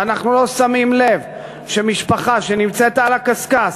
ואנחנו לא שמים לב שמשפחה שנמצאת על הקשקש,